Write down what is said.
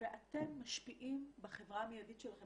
ואתם משפיעים בחברה המיידית שלכם.